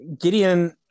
Gideon